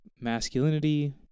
masculinity